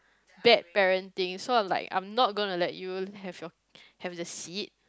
bad parenting so I was like I'm not gonna let you have your have the seat